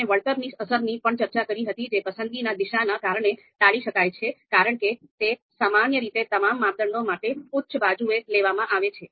આપણે વળતરની અસરની પણ ચર્ચા કરી હતી જે પસંદગીના દિશાના કારણે ટાળી શકાય છે કારણ કે તે સામાન્ય રીતે તમામ માપદંડો માટે ઉચ્ચ બાજુએ લેવામાં આવે છે